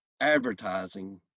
advertising